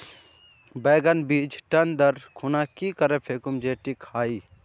बैगन बीज टन दर खुना की करे फेकुम जे टिक हाई?